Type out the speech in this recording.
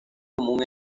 común